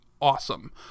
awesome